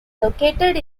located